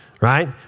right